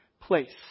place